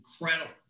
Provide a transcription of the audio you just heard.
Incredible